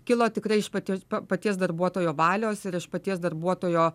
kilo tikrai iš paties paties darbuotojo valios ir iš paties darbuotojo